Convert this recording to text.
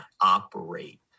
operate